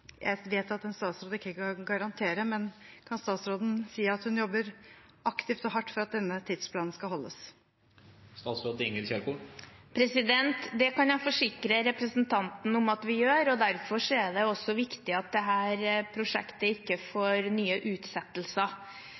vet at en statsråd ikke kan garantere, men kan statsråden si at hun jobber aktivt og hardt for at denne tidsplanen skal holdes? Det kan jeg forsikre representanten om at vi gjør, og derfor er det også viktig at dette prosjektet ikke får nye utsettelser.